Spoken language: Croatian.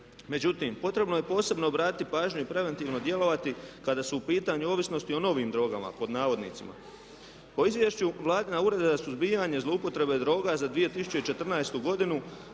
Međutim, potrebno je posebno obratiti pažnju i preventivno djelovati kada su u pitanju ovisnosti o "novim" drogama. Po Izvješću Vladina Ureda za suzbijanje zlouporabe droga za 2014. godinu